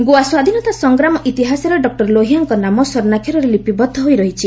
ଗୋଆ ସ୍ୱାଧୀନତା ସଂଗ୍ରାମ ଇତିହାସରେ ଡକ୍ଟର ଲୋହିଆଙ୍କ ନାମ ସ୍ୱର୍ଷାକ୍ଷରରେ ଲିପିବଦ୍ଧ ହୋଇ ରହିଛି